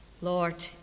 lord